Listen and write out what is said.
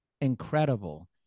incredible